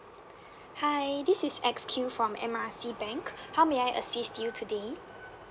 hi this is X Q from M_R_I_C bank how may I assist you today